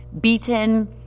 beaten